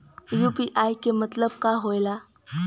UPI के मतलब का होला?